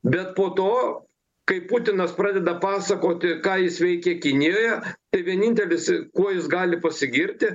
bet po to kai putinas pradeda pasakoti ką jis veikė kinijoje tai vienintelis kuo jis gali pasigirti